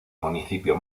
municipio